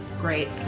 great